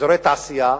אזורי תעשייה,